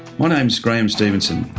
my name's graeme stevenson,